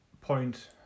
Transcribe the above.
point